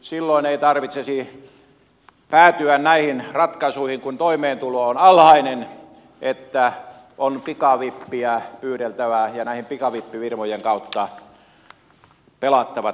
silloin ei tarvitsisi päätyä näihin ratkaisuihin kun toimeentulo on alhainen että on pikavippiä pyydeltävä ja näiden pikavippifirmojen kautta pelattava tätä tilannetta